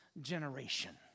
generation